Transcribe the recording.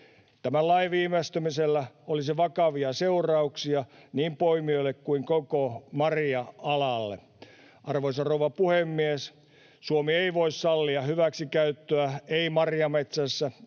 Tämän lain viivästymisellä olisi vakavia seurauksia niin poimijoille kuin koko marja-alalle. Arvoisa rouva puhemies! Suomi ei voi sallia hyväksikäyttöä, ei marjametsässä